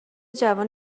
جوان